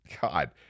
God